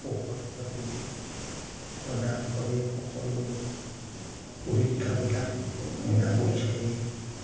ঔষধ পাতি প্ৰদান কৰে সকলো পৰীক্ষাবিলাক বিনা পইচায়েই